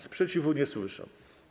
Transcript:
Sprzeciwu nie słyszę.